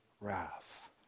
wrath